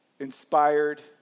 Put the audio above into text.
inspired